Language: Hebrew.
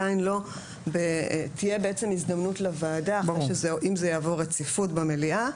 אם זה יעבור רציפות במליאה,